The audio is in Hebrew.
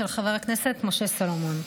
של חבר הכנסת משה סולומון,